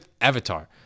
Avatar